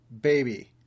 baby